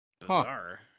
Bizarre